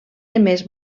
emès